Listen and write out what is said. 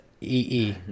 EE